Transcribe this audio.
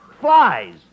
flies